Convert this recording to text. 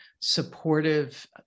supportive